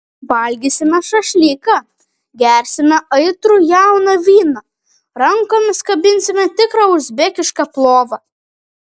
valgysime šašlyką gersime aitrų jauną vyną rankomis kabinsime tikrą uzbekišką plovą